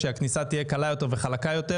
התחום יתפתח בצורה משמעותית יותר.